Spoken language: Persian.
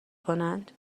کنند